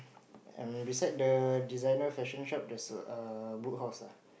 um beside the designer fashion shop there's err Book House ah